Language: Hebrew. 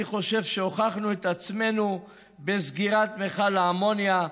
אני חושב שהוכחנו את עצמנו בסגירת מכל האמוניה,